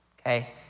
okay